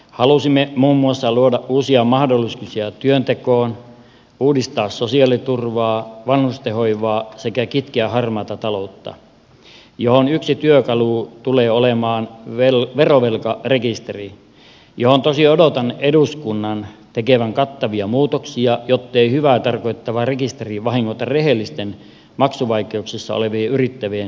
halusimme muun muassa luoda uusia mahdollisuuksia työntekoon uudistaa sosiaaliturvaa vanhustenhoivaa sekä kitkeä harmaata taloutta mihin yksi työkalu tulee olemaan verovelkarekisteri johon tosin odotan eduskunnan tekevän kattavia muutoksia jottei hyvää tarkoittava rekisteri vahingoita rehellisten maksuvaikeuksissa olevien yrittäjien liiketoimia ja elämää